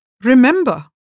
Remember